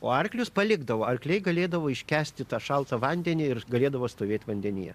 o arklius palikdavo arkliai galėdavo iškęsti tą šaltą vandenį ir galėdavo stovėt vandenyje